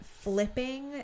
flipping